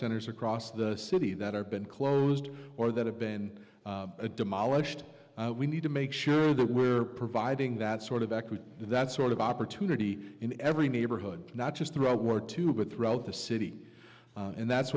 centers across the city that are been closed or that have been demolished we need to make sure that we're providing that sort of back with that sort of opportunity in every neighborhood not just throughout war two but throughout the city and that's